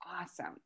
awesome